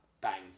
bang